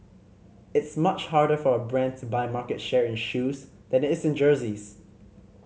it's much harder for a brand to buy market share in shoes than it is in jerseys